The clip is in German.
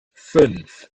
fünf